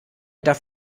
darf